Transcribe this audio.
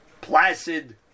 placid